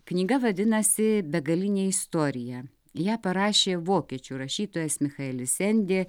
knyga vadinasi begalinė istorija ją parašė vokiečių rašytojas michaelis endė